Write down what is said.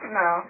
no